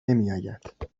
نمیآید